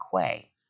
quay